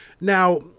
Now